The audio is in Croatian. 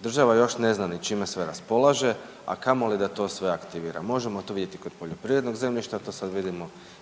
država još ne zna i čime sve raspolaže, a kamoli da to sve aktivira. Možemo to vidjeti kod poljoprivrednog zemljišta, to sad vidimo